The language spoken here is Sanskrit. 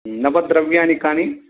नवद्रव्याणि कानि